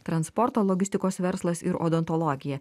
transporto logistikos verslas ir odontologija